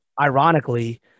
Ironically